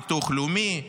ביטוח לאומי,